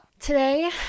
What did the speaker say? Today